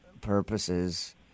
purposes